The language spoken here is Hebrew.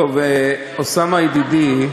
אוסאמה ידידי,